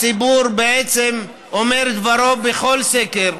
הציבור אומר את דברו בכל סקר,